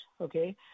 Okay